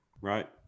right